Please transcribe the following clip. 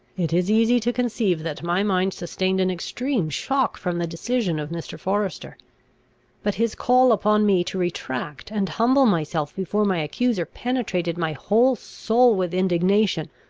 it is easy to conceive that my mind sustained an extreme shock from the decision of mr. forester but his call upon me to retract and humble myself before my accuser penetrated my whole soul with indignation.